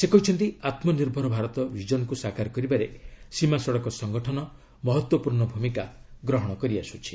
ସେ କହିଛନ୍ତି ଆମ୍ନିର୍ଭର ଭାରତ ଭିଜନକୁ ସାକାର କରିବାରେ ସୀମା ସଡ଼କ ସଂଗଠନ ମହତ୍ୱପୂର୍ଷ୍ଣ ଭୂମିକା ଗ୍ରହଣ କରିଆସୁଛି